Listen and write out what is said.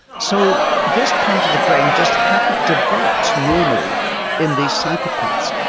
so this part of the brain just hadn't developed normally in these psychopaths,